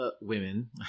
women